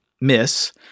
miss –